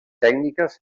tècniques